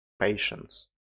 patience